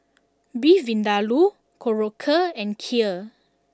Beef Vindaloo Korokke and Kheer